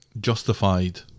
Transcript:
justified